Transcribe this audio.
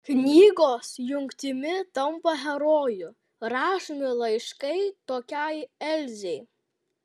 knygos jungtimi tampa herojų rašomi laiškai tokiai elzei